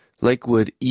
Lakewood